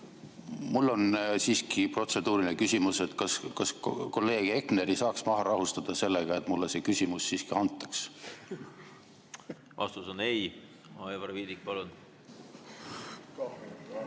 Mul on siiski protseduuriline küsimus. Kas kolleeg Hepneri saaks maha rahustada sellega, et mulle see küsimus siiski antaks? Vastus on ei. Aivar Viidik, palun!